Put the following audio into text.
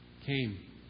came